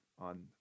on